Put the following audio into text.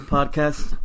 Podcast